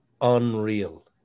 unreal